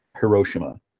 Hiroshima